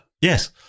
yes